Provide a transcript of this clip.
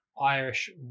Irish